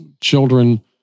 children